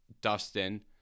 dustin